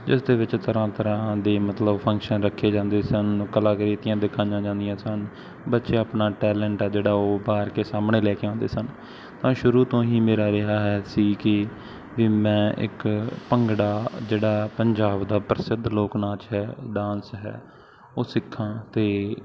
ਜਿਸ ਦੇ ਵਿੱਚ ਤਰ੍ਹਾਂ ਤਰ੍ਹਾਂ ਦੀ ਮਤਲਬ ਫੰਕਸ਼ਨ ਰੱਖੇ ਜਾਂਦੇ ਸਨ ਕਲਾਕ੍ਰਿਤੀਆਂ ਦਿਖਾਈਆਂ ਜਾਂਦੀਆਂ ਸਨ ਬੱਚੇ ਆਪਣਾ ਟੈਲੈਂਟ ਆ ਜਿਹੜਾ ਉਹ ਉਭਾਰ ਕੇ ਸਾਹਮਣੇ ਲੈ ਕੇ ਆਉਂਦੇ ਸਨ ਤਾਂ ਸ਼ੁਰੂ ਤੋਂ ਹੀ ਮੇਰਾ ਰਿਹਾ ਹੈ ਸੀ ਕਿ ਵੀ ਮੈਂ ਇੱਕ ਭੰਗੜਾ ਜਿਹੜਾ ਪੰਜਾਬ ਦਾ ਪ੍ਰਸਿੱਧ ਲੋਕ ਨਾਚ ਹੈ ਡਾਂਸ ਹੈ ਉਹ ਸਿੱਖਾਂ ਅਤੇ